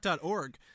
org